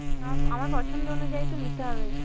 না আমার পছন্দ অনুযায়ী তো নিতে হবে